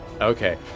Okay